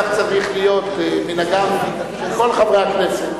כך צריך להיות מנהגם של כל חברי הכנסת.